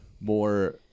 more